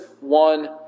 one